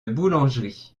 boulangerie